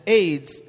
aids